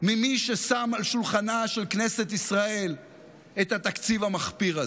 ממי ששם על שולחנה של כנסת ישראל את התקציב המחפיר הזה.